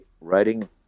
writing